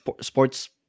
sports